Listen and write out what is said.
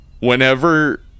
whenever